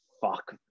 fuck